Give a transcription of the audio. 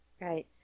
Right